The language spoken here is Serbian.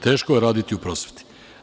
Teško je raditi u prosveti.